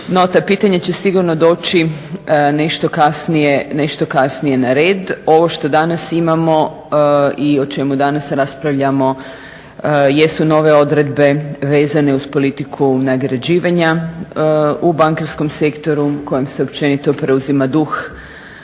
pitanja će sigurno doći nešto kasnije na red. Ovo što danas imamo i o čemu danas raspravljamo jesu nove odredbe vezane uz politiku nagrađivanja u bankarskom sektoru u kojem se općenito preuzima duh